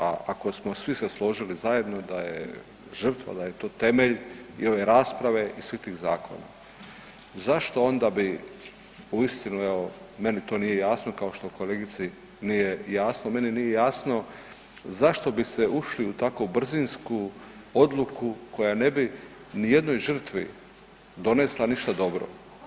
A ako smo svi se složili zajedno da je žrtva, da je to temelj i ove rasprave i svih tih zakona, zašto onda bi uistinu evo, meni to nije jasno kao što kolegici nije jasno, meni nije jasno zašto bi se ušlo u tako brzinsku odluku koja ne bi nijednoj žrtvi donesla ništa dobro?